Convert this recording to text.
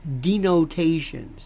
denotations